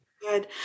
Good